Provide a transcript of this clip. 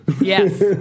Yes